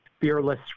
fearless